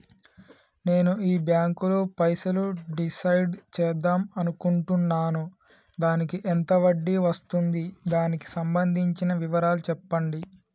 నేను ఈ బ్యాంకులో పైసలు డిసైడ్ చేద్దాం అనుకుంటున్నాను దానికి ఎంత వడ్డీ వస్తుంది దానికి సంబంధించిన వివరాలు చెప్పండి?